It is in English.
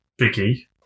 Biggie